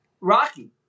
Rocky